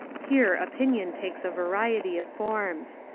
here opinion takes a variety of forms.